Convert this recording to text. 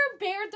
bared